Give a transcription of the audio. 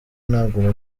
ntabwo